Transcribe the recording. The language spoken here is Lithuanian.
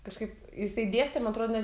kažkaip jisai dėstė man atrodo net